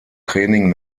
training